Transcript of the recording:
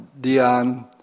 Dion